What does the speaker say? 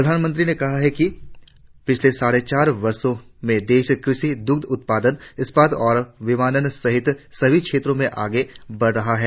प्रधानमंत्री ने कहा है कि पिछले साढ़े चार वर्षों में देश कृषि दुग्ध उत्पादन इस्पात और बिमानन सहित सभी क्षेत्रों में आगे बढ़ रहा है